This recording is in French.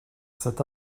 cet